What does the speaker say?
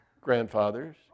grandfathers